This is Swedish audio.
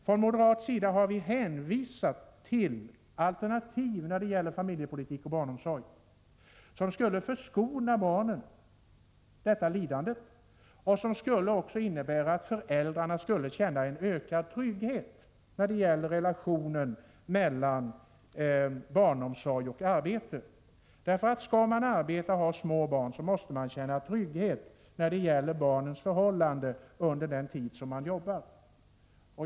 Från moderat sida har vi hänvisat till alternativ i fråga om familjepolitik och barnomsorg som skulle förskona barnen från detta lidande och också innebära att föräldrarna skulle känna en ökad trygghet. Skall man 81 arbeta och ha små barn på daghem måste man känna trygghet i fråga om barnens förhållanden under den tid som man arbetar.